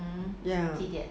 yeah